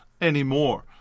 anymore